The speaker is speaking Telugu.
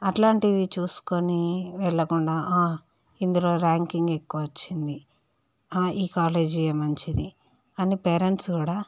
అట్లాంటివి చూసుకొని వెళ్లకుండా ఇందులో ర్యాంకింగ్ ఎక్కువ వచ్చింది ఈ కాలేజియే మంచిది అని పేరెంట్స్ కూడా